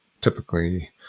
typically